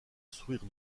sourire